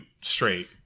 straight